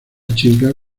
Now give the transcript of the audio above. chica